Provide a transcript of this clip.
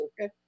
Okay